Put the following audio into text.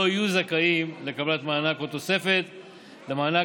לא יהיו זכאים לקבלת מענק או תוספת למענק,